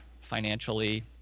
financially